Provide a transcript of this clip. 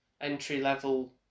entry-level